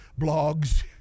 blogs